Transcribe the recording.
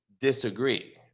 disagree